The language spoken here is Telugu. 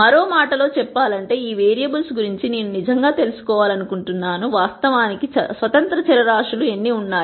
మరో మాటలో చెప్పాలంటే ఈ వేరియబుల్స్ గురించి నేను నిజంగా తెలుసుకోవాలనుకుంటున్నాను వాస్తవానికి స్వతంత్ర చరరాశులు ఎన్ని ఉన్నాయి